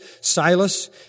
Silas